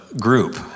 group